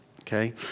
Okay